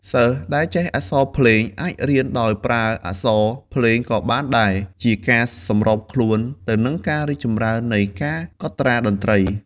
សិស្សដែលចេះអក្សរភ្លេងអាចរៀនដោយប្រើអក្សរភ្លេងក៏បានដែលជាការសម្របខ្លួនទៅនឹងការរីកចម្រើននៃការកត់ត្រាតន្ត្រី។